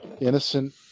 innocent